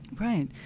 Right